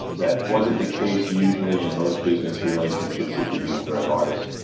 that wasn't the case usually in most business relationships that you do for an artist,